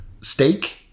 Steak